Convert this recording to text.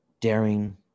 daring